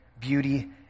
beauty